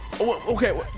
Okay